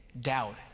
doubt